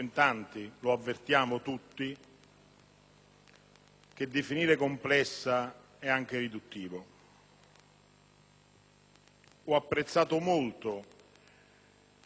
che definire complessa è riduttivo. Ho apprezzato molto l'intensità dell'intervento